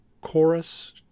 chorus